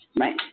Right